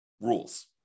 rules